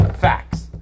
facts